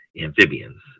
amphibians